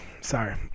Sorry